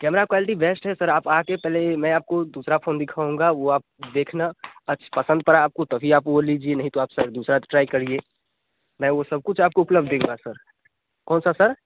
camera quality best है sir आप आ कर मैं आपको दूसरा फ़ोन दिखाऊँगा वह आपको देखना आपको पसंद पड़ा आपको तभी आप वह लीजिए नहीं तो आप शायद दूसरा ट्राई करिए मैं वह सब कुछ आपको उपलब्ध दूँगा सर कौन सा सर